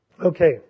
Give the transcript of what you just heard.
Okay